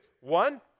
One